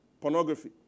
pornography